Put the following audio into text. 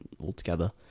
altogether